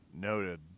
Noted